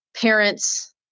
parents